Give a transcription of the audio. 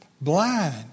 blind